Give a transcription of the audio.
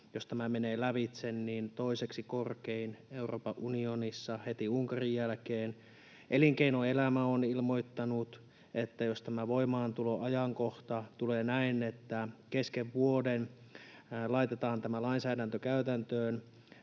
jos tämä menee lävitse, toiseksi korkein Euroopan unionissa heti Unkarin jälkeen. Elinkeinoelämä on ilmoittanut, että jos tämä voimaantuloajankohta tulee näin, että kesken vuoden laitetaan tämä lainsäädäntö käytäntöön,